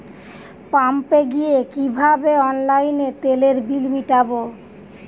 পাম্পে গিয়ে কিভাবে অনলাইনে তেলের বিল মিটাব?